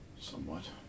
somewhat